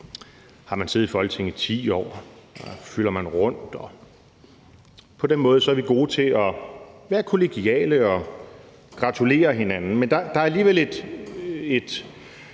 man har siddet i Folketinget i 10 år, når man fylder rundt osv. På den måde er vi gode til at være kollegiale og gratulere hinanden. Men der er alligevel en